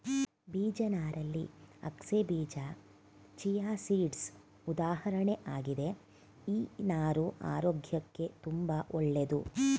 ಬೀಜ ನಾರಲ್ಲಿ ಅಗಸೆಬೀಜ ಚಿಯಾಸೀಡ್ಸ್ ಉದಾಹರಣೆ ಆಗಿದೆ ಈ ನಾರು ಆರೋಗ್ಯಕ್ಕೆ ತುಂಬಾ ಒಳ್ಳೇದು